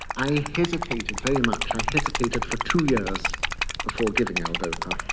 i hesitated very much, i hesitated for two years before giving ah l-dopa.